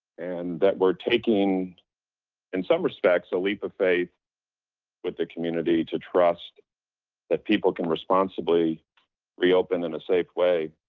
and that we're taking in some respects, a leap of faith with the community to trust that people can responsibly reopen in a safe way.